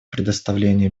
предоставления